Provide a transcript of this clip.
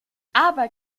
aber